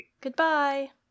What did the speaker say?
Goodbye